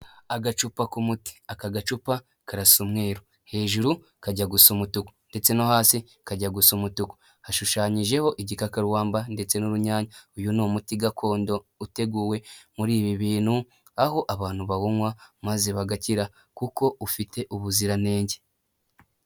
Agacupa k'umuti aka gacupa karasa umweru, hejuru kajya gu gusa umutuku ndetse no hasi kajya guca umutuku hashushanyijeho igikakarubamba, ndetse n'urunyanya. Uyu ni umuti gakondo uteguwe muri ibi bintu, aho abantu bawunywa maze bagakira kuko ufite ubuziranenge.